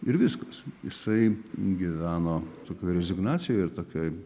ir viskas jisai gyveno tokioj rezignacijoj ir tokioj